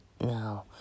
now